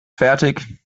fertig